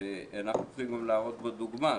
ואנחנו צריכים גם להראות בו דוגמה.